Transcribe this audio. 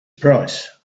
price